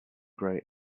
grey